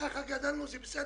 כך גדלנו, זה בסדר,